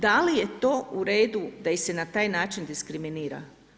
Da li je to uredu da ih se na taj način diskriminira.